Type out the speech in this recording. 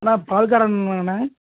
அண்ணா பால்கார அண்ணாங்களாண்ணே